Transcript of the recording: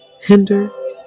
hinder